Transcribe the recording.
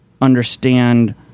understand